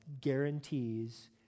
guarantees